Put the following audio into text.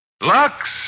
Lux